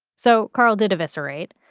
so, carl did eviscerate,